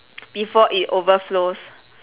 before it overflows